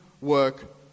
work